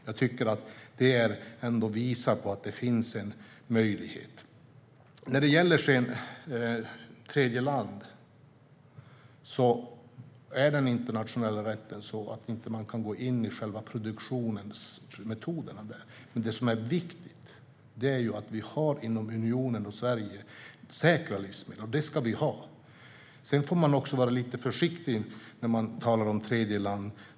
Jag tycker att det ändå visar att det finns en möjlighet. När det sedan gäller tredjeland är den internationella rätten sådan att man inte kan gå in på själva produktionsmetoderna. Men det viktiga är att vi inom unionen och i Sverige har säkra livsmedel - det ska vi ha. Sedan får man vara lite försiktig när man talar om tredjeland.